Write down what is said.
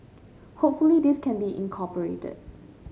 hopefully this can be incorporated